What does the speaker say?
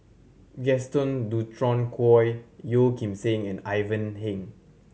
Gaston Dutronquoy Yeo Kim Seng and Ivan Heng